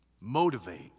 motivate